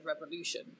revolution